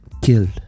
killed